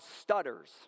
stutters